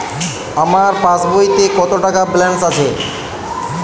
আমার পাসবইতে কত টাকা ব্যালান্স আছে?